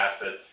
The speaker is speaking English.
assets